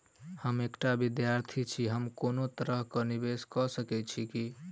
हम एकटा विधार्थी छी, हम कोनो तरह कऽ निवेश कऽ सकय छी की?